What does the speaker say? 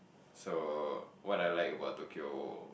so what I like about Tokyo